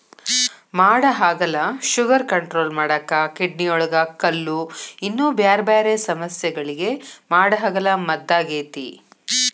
ಮಾಡಹಾಗಲ sugar control ಮಾಡಾಕ, ಕಿಡ್ನಿಯೊಳಗ ಕಲ್ಲು, ಇನ್ನೂ ಬ್ಯಾರ್ಬ್ಯಾರೇ ಸಮಸ್ಯಗಳಿಗೆ ಮಾಡಹಾಗಲ ಮದ್ದಾಗೇತಿ